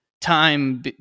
Time